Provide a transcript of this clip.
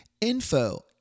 Info